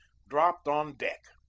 dropped on deck.